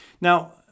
Now